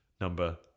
Number